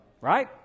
right